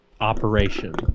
operation